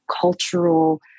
cultural